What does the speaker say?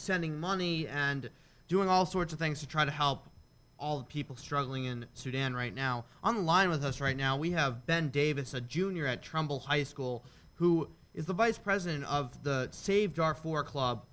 sending money and doing all sorts of things to try to help all the people struggling in sudan right now online with us right now we have ben davis a junior at trumbull high school who is the vice president of the save darfur club